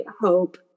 hope